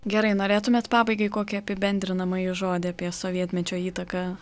gerai norėtumėt pabaigai kokį apibendrinamąjį žodį apie sovietmečio įtaką